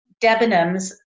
Debenhams